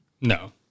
No